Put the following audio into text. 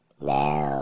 Now